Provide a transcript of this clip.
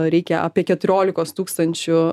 reikia apie keturiolikos tūkstančių